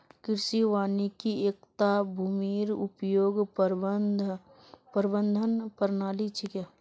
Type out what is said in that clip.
कृषि वानिकी एकता भूमिर उपयोग प्रबंधन प्रणाली छिके